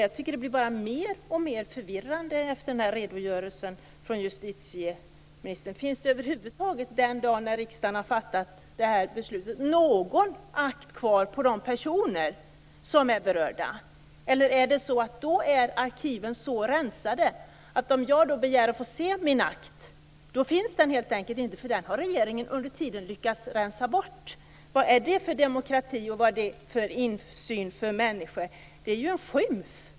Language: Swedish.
Jag tycker att det blir alltmer förvirrande efter denna redogörelse från justitieministern. Finns det över huvud taget den dagen riksdagen fattar ett sådant beslut någon akt kvar på de personer som är berörda? Eller är det så att arkiven då är så rensade att om jag begär att få se min akt finns den helt enkelt inte, därför att den har regeringen under tiden lyckats rensa bort? Vad är det för demokrati, och vad är det för insyn för människor? Det är en skymf.